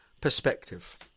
perspective